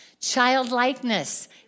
Childlikeness